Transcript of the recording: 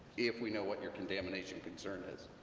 if we know what your contamination concern is.